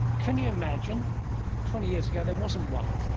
can you imagine twenty years ago there wasn't one?